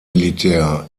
militär